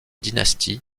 dynastie